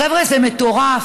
חבר'ה, זה מטורף.